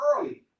early